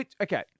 Okay